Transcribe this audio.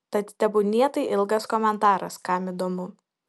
tad tebūnie tai ilgas komentaras kam įdomu